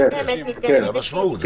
כן, זו המשמעות.